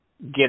get